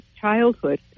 childhood